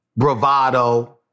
bravado